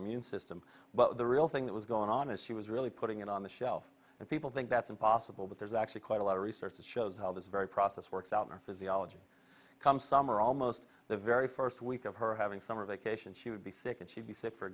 them but the real thing that was going on and she was really putting it on the shelf and people think that's impossible but there's actually quite a lot of research that shows how this very process works out in our physiology come summer almost the very first week of her having summer vacation she would be sick and she'd be sick for